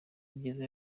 ibyiza